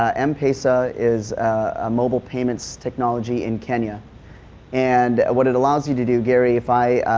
ah m-pesa is ah mobile payments technology in kenya and what it allows you to do, gary, if i,